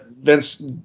Vince